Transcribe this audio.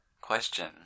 question